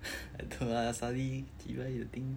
I don't know lah suddenly you think